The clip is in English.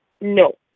No